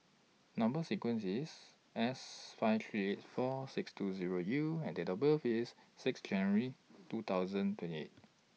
Number sequence IS S five three eight four six two Zero U and Date of birth IS six January two thousand twenty eight